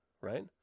right